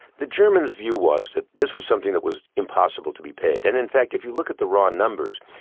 the germans' view was that this was something that was impossible to be paid, and in fact if you look at the raw numbers,